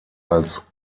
als